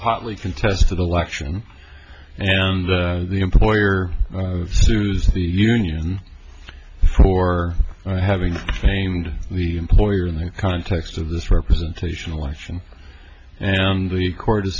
hotly contested election and the employer sues the union for having a framed the employer in the context of this representational action and the court